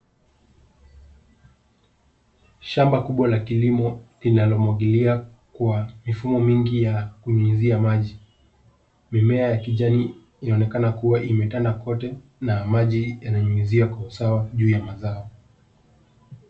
Shamba kubwa la kilimo linalomwagilia kwa mifumo mingi ya kunyunyizia maji. Mimea ya kijani inaonekana kuwa imetanda kwote na maji yananyunyizia kwa usawa juu ya mazao.